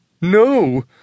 No